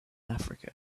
africa